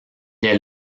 est